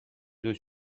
deux